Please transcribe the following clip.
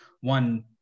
One